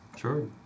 Sure